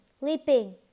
leaping